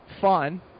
fun